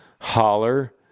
Holler